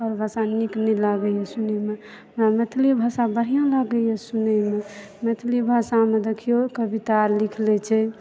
आओर भाषा नीक नहि लागै यऽ सुनयमे मैथिली भाषा बढ़िऑं लागै यऽ सुनयमे मैथिली भाषामे देखियौ कविता लिख लै छै